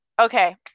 okay